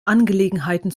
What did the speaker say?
angelegenheiten